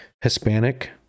Hispanic